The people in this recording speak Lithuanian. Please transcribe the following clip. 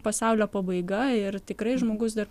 pasaulio pabaiga ir tikrai žmogus dar